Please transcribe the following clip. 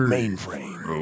Mainframe